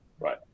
Right